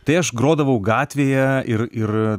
tai aš grodavau gatvėje ir ir